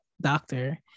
doctor